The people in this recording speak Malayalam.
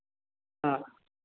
ആ